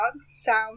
sound